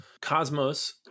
Cosmos